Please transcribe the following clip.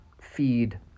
feed